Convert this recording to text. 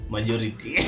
Majority